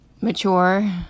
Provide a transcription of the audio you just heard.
mature